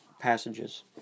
passages